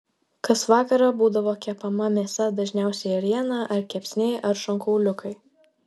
kas vakarą būdavo kepama mėsa dažniausiai ėriena ar kepsniai ar šonkauliukai